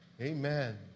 amen